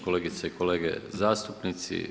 Kolegice i kolege zastupnici.